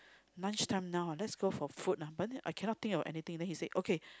lunch time now let's go for food ah but then I cannot think of anything then he said okay